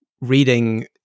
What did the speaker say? reading